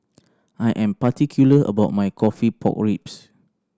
I am particular about my coffee pork ribs